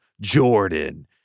Jordan